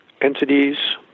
entities